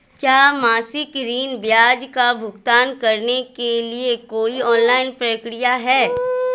क्या मासिक ऋण ब्याज का भुगतान करने के लिए कोई ऑनलाइन प्रक्रिया है?